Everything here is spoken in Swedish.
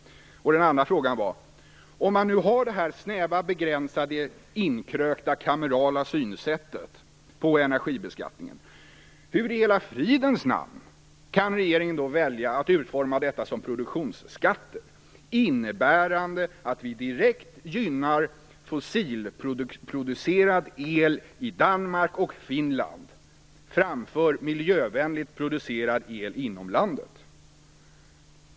Den andra frågan var: Om man nu har det här snäva, begränsade, inkrökta och kamerala synsättet på energibeskattningen, hur i hela fridens namn kan regeringen då välja att utforma detta som produktionsskatter, innebärande att vi direkt gynnar fossilproducerad el i Danmark och Finland framför miljövänligt producerad el inom landet?